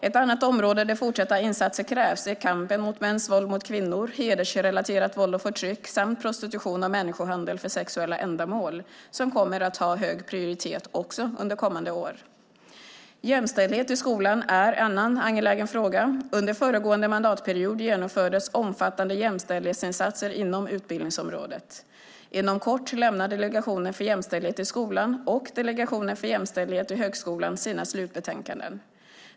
Ett annat område där fortsatta insatser krävs är kampen mot mäns våld mot kvinnor, hedersrelaterat våld och förtryck samt prostitution och människohandel för sexuella ändamål, som kommer att ha hög prioritet också under kommande år. Jämställdhet i skolan är en annan angelägen fråga. Under föregående mandatperiod genomfördes omfattande jämställdhetsinsatser inom utbildningsområdet. Inom kort avlämnar Delegationen för jämställdhet i skolan och Delegationen för jämställdhet i högskolan sina slutbetänkanden.